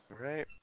right